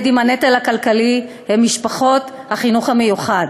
עם הנטל הכלכלי היא משפחות ילדי החינוך המיוחד.